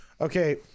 Okay